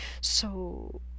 So